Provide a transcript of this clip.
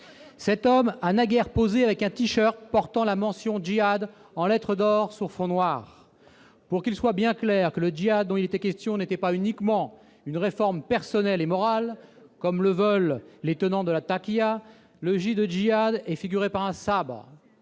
Cet homme a naguère posé avec un tee-shirt portant la mention « Jihad » en lettres d'or sur fond noir. Pour qu'il soit bien clair que le jihad dont il était question n'était pas uniquement une réforme personnelle et morale, comme le veulent les tenants de la, le « J » initial y était figuré par un sabre,